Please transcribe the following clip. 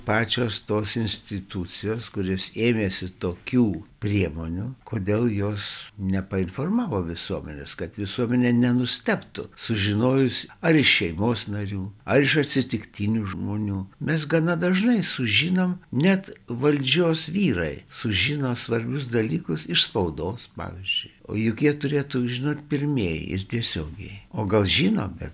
pačios tos institucijos kurios ėmėsi tokių priemonių kodėl jos nepainformavo visuomenės kad visuomenė nenustebtų sužinojus ar iš šeimos narių ar iš atsitiktinių žmonių mes gana dažnai sužinom net valdžios vyrai sužino svarbius dalykus iš spaudos pavyzdžiui o juk jie turėtų žinot pirmieji ir tiesiogiai o gal žino bet